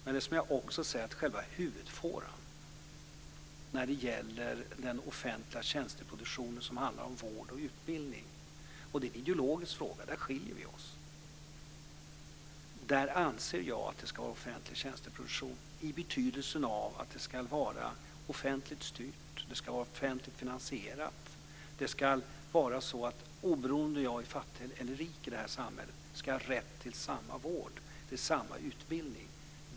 Men jag säger också jag anser att själva huvudfåran - den som gäller sådan tjänsteproduktion som handlar om vård och utbildning - ska vara offentlig tjänsteproduktion i den betydelsen att den ska vara offentligt styrd och offentligt finansierad. Oberoende om jag är fattig eller rik i det här samhället ska jag ha rätt till samma vård och samma utbildning.